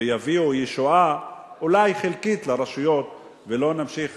ויביאו ישועה, אולי חלקית, לרשויות, ולא נמשיך